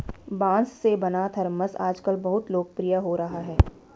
बाँस से बना थरमस आजकल बहुत लोकप्रिय हो रहा है